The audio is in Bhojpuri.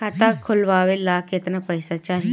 खाता खोलबे ला कितना पैसा चाही?